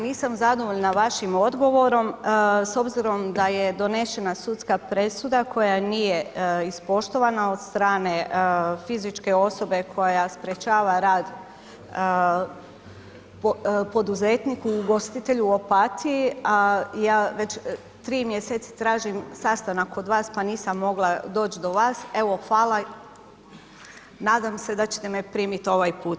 Nisam zadovoljna vašim odgovorom s obzirom da je donesena sudska presuda koja nije ispoštovana od strane fizičke osobe koja sprječava rad poduzetniku ugostitelju u Opatiji a ja već 3 mjeseci tražim sastanak kod vas pa nisam mogla doći do vas, evo hvala, nadam se da ćete me primiti ovaj put.